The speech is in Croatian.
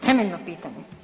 Temeljno pitanje.